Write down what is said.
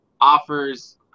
offers